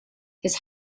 his